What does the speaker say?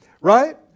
Right